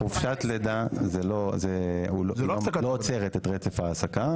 חופשת לידה לא עוצרת את רצף העסקה,